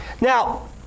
Now